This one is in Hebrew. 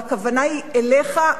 והכוונה היא אליך,